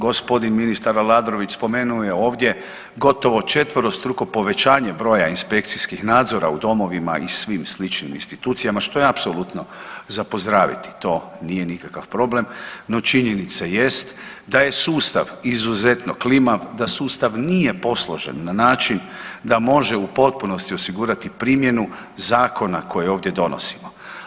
Gospodin ministar Aladrović spomenuo je ovdje gotovo četverostruko povećanje broja inspekcijskih nadzora u domovima i svim sličnim institucijama što je apsolutno za pozdraviti, to nije nikakav problem, no činjenica jest da je sustav izuzetno klimav, da sustav nije posložen na način da može u potpunosti osigurati primjenu zakona koje ovdje donosimo.